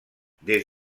des